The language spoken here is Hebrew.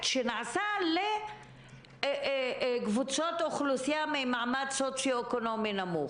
שנעשה לקבוצות אוכלוסייה מעמד סוציו-אקונומי נמוך.